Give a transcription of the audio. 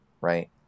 right